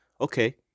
Okay